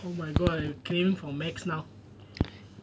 oh my god I craving for macs now